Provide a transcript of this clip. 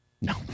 No